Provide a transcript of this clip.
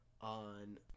on